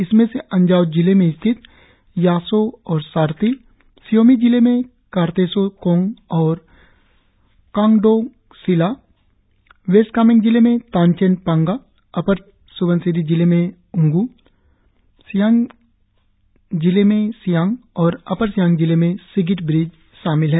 इसमें से अंजाव जिले में स्थित यासों और सारती शी योमी जिले में कारतेसो कोंग और कांगडोंगशिला वेस्ट सियांग जिले में तानचेन पांगा अपर स्बनसिरी जिले में उंग् सियांग जिली में सियांग और अपर सियांग जिले में सिगिट ब्रिज शामिल है